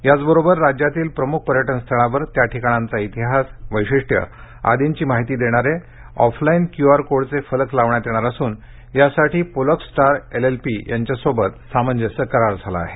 याचबरोबर राज्यातील प्रमुख पर्यटनस्थळांवर त्या ठिकाणांचा इतिहास वैशिष्ट्ये आदींची माहिती देणारे ऑफलाईन क्यूआर कोडचे फलक लावण्यात येणार असून यासाठी पोलक्स स्टार एलएलपी यांच्यासोबत सामंजस्य करार झाला आहे